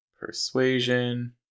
Persuasion